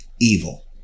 evil